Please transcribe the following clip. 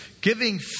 Giving